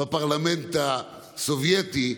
בפרלמנט הסובייטי.